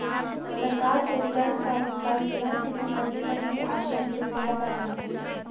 सरकार को कर का भुगतान बिना किसी प्रतिफल की आशा से दिया जाता है